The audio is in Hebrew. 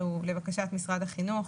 שהוא לבקשת משרד החינוך,